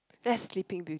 that's Sleeping Beaut~